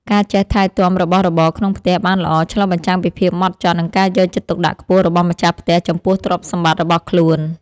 ការចេះថែទាំរបស់របរក្នុងផ្ទះបានល្អ ឆ្លុះបញ្ចាំងពីភាពហ្មត់ចត់ និងការយកចិត្តទុកដាក់ខ្ពស់របស់ម្ចាស់ផ្ទះចំពោះទ្រព្យសម្បត្តិរបស់ខ្លួន។